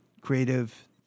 creative